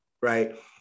right